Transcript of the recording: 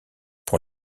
pour